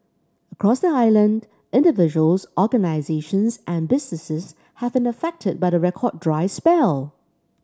across the island individuals organisations and businesses have been affected by the record dry spell